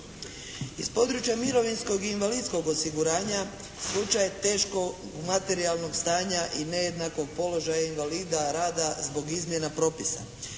Iz područja mirovinskog i invalidskog osiguranja slučaj teškog materijalnog stanja i nejednakog položaja invalida rada zbog izmjena propisa.